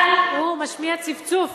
אבל הוא משמיע צפצוף.